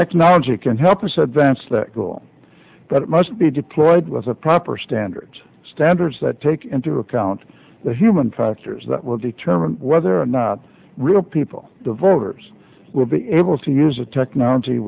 technology can help a said vance that go on that it must be deployed with a proper standards standards that take into account the human factors that will determine whether or not real people the voters will be able to use a technology